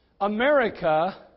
America